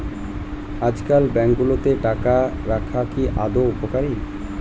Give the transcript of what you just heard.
আজকাল ব্যাঙ্কগুলোতে টাকা রাখা কি আদৌ উপকারী?